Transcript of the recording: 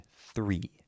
three